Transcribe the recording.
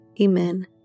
Amen